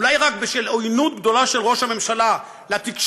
אולי רק של עויינות גדולה של ראש הממשלה לתקשורת,